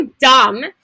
dumb